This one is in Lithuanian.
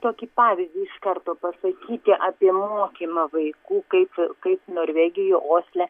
tokį pavyzdį iš karto pasakyti apie mokymą vaikų kaip kaip norvegijoj osle